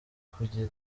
kugira